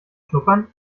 schnuppern